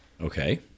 Okay